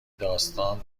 داستان